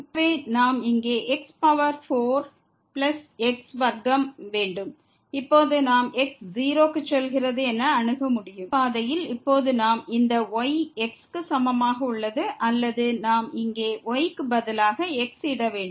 எனவே இங்கே x power 4 plus x வர்க்கம் வேண்டும் இப்போது நாம் x 0 க்கு செல்கிறது என அணுக முடியும் இந்த பாதையில் இப்போது இந்த y x க்கு சமமாக உள்ளது அல்லது நாம் இங்கே y க்கு பதிலாக x இட வேண்டும்